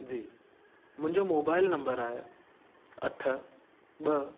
जी मुंहिंजो mobile number आहे अठ ॿ